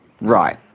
Right